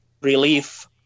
relief